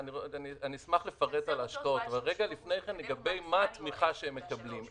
אשמח לפרט על ההשקעות אבל לפני כן אומר מה התמיכה שהם מקבלים.